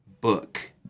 book